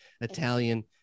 Italian